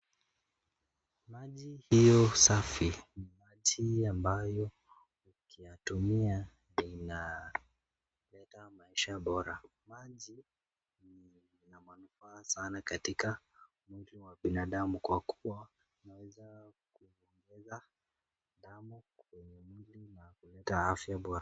Maji hiyo safi ni maji ambayo ukiyatumia inaleta maisha bora maji hii ni maji poa sana katika mwili wa binadamu kwakuwa inaweza kuosha damu na kwenye mwili na kuleta afya bora.